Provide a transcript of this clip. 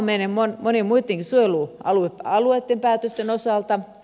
sama on meidän monien suojelualueitten päätösten osalta